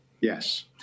Yes